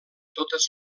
totes